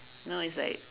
no it's like